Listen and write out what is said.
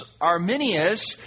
Arminius